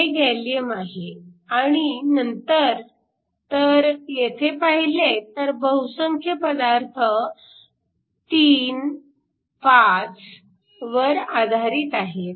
हे गॅलीअम आहे आणि नंतर तर येथे पाहिले तर बहुसंख्य पदार्थ 3 5 वर आधारित आहेत